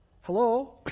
Hello